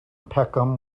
peckham